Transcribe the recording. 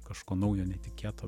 kažko naujo netikėto